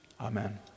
Amen